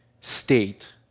state